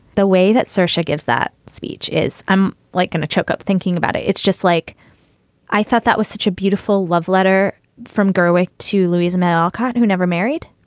the way that sasha gives that speech is i'm like going to choke up thinking about it. it's just like i thought that was such a beautiful love letter from gerwig to louisa may alcott, who never married,